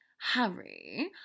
Harry